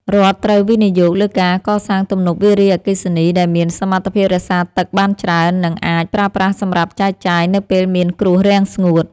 រដ្ឋត្រូវវិនិយោគលើការកសាងទំនប់វារីអគ្គិសនីដែលមានសមត្ថភាពរក្សាទឹកបានច្រើន និងអាចប្រើប្រាស់សម្រាប់ចែកចាយនៅពេលមានគ្រោះរាំងស្ងួត។